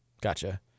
Gotcha